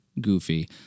goofy